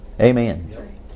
Amen